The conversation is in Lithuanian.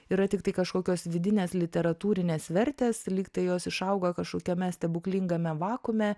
yra tiktai kažkokios vidinės literatūrinės vertės lyg tai jos išauga kažkokiame stebuklingame vakuume